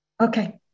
Okay